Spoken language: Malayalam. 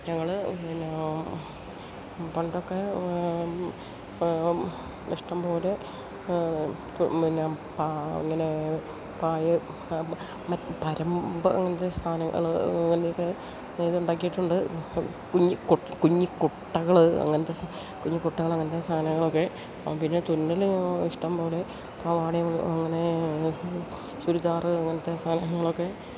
ഞങ്ങള് പിന്നെ പണ്ടൊക്കെ ഇഷ്ടംപോലെ പിന്നെ അങ്ങനെ പരമ്പ് അങ്ങനത്തെ സാധനങ്ങള് അങ്ങനെയൊക്കെ ഇത് ഉണ്ടാക്കിയിട്ടുണ്ട് കുഞ്ഞി കുഞ്ഞിക്കൊട്ടകള് അങ്ങനത്തെ സാധനങ്ങളൊക്കെ പിന്നെ തുന്നല് ഇഷ്ടംപോലെ പാവാടയും അങ്ങനെ ചുരിദാര് അങ്ങനത്തെ സാധനങ്ങളൊക്കെ